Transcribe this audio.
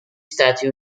stati